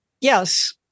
Yes